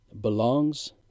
belongs